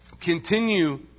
continue